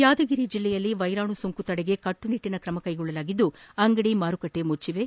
ಯಾದಗಿರಿ ಜಿಲ್ಲೆಯಲ್ಲಿ ವೈರಾಣು ಸೋಂಕು ತಡೆಗೆ ಕಟ್ಟುನಿಟ್ಟಿನ ಕ್ರಮ ಕೈಗೊಂಡಿದ್ದು ಅಂಗಡಿ ಮಾರುಕಟ್ಟೆಗಳು ಮುಚ್ಚಿವೆ